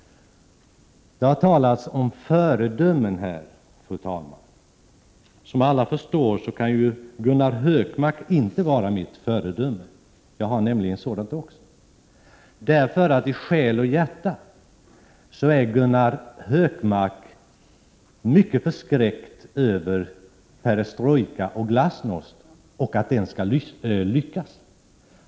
Det har talats om föredömen i debatten. Som alla förstår kan Gunnar Hökmark inte vara mitt föredöme — också jag har nämligen ett sådant. I själ och hjärta är Gunnar Hökmark mycket förskräckt över perestrojka och glasnost och förskräckt för att den politiken skall lyckas.